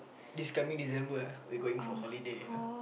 this coming December ah we going for holiday you know